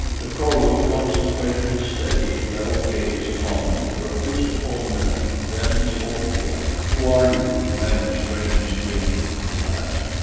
the kro-lu concentrated his steady, level gaze upon me for at least a full minute. then he spoke again. who are you, man of strange skins? he asked.